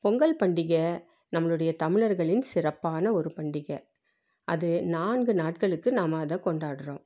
பொங்கல் பண்டிக நம்மளுடைய தமிழர்களின் சிறப்பான ஒரு பண்டிகை அது நான்கு நாட்களுக்கு நாம் அதை கொண்டாடுறோம்